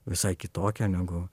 visai kitokią negu